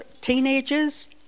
teenagers